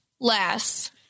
less